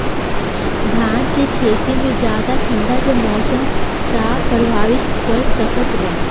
धान के खेती में ज्यादा ठंडा के मौसम का प्रभावित कर सकता बा?